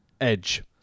Edge